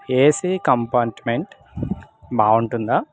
AC compartment బాగుంటుందా